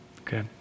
okay